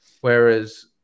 whereas